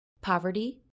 poverty